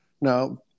now